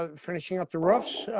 ah finishing up the roofs.